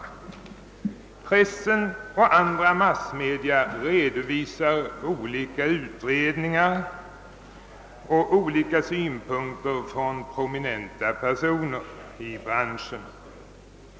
Pressen och andra massmedia redovisar olika utredningar och olika synpunkter från prominenta personer i branschen.